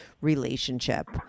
relationship